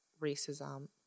racism